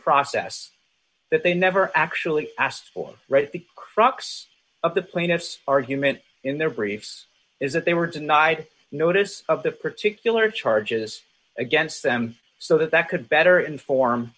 process that they never actually asked for rights the crux of the plaintiff's argument in their briefs is that they were denied notice of the particular charges against them so that that could better inform